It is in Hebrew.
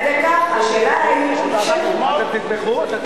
השאלה היא, ואתם תתמכו?